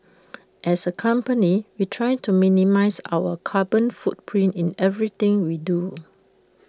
as A company we try to minimise our carbon footprint in everything we do